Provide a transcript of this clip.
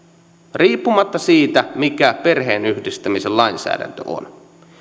riippumatta siitä mikä perheenyhdistämisen lainsäädäntö on